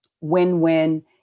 win-win